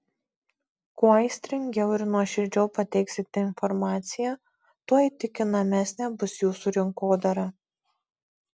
kuo aistringiau ir nuoširdžiau pateiksite informaciją tuo įtikinamesnė bus jūsų rinkodara